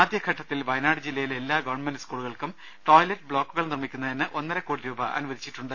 ആദ്യ ഘട്ടത്തിൽ വയനാട് ജില്ലയിലെ എല്ലാ ഗവൺമെന്റ് സ്കൂളുകൾക്കും ടോയ്ലെറ്റ് ബ്ലോക്കുകൾ നിർമ്മിക്കുന്നതിന് ഒന്നരക്കോടി രൂപയും അനുവദിച്ചിട്ടുണ്ട്